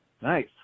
Nice